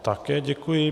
Také děkuji.